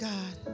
God